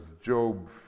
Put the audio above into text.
Job